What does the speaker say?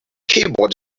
keyboard